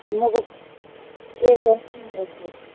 म त केयर गर्छु नि हजुर